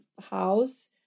house